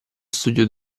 studio